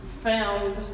found